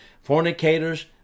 fornicators